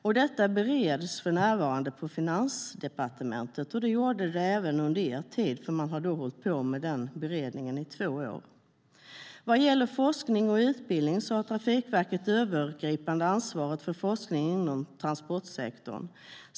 Den frågan bereds för närvarande på Finansdepartementet. Det gjorde det även under er tid. Man har hållit på med den beredningen i två år. Vad gäller forskning och utbildning har Trafikverket det övergripande ansvaret för forskning inom transportsektorn.